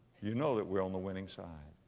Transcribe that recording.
you know that we're on the winning side.